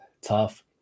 Tough